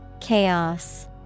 Chaos